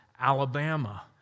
Alabama